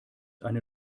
eine